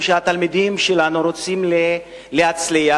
התלמידים שלנו רוצים להצליח,